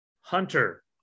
hunter